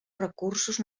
recursos